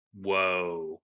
whoa